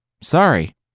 Sorry